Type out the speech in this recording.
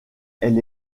elle